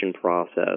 process